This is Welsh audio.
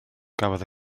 gafodd